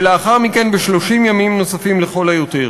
ולאחר מכן ב-30 ימים נוספים לכל היותר.